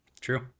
True